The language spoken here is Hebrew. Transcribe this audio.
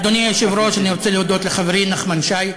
אדוני היושב-ראש, אני רוצה להודות לחברי נחמן שי,